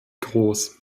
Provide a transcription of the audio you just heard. groß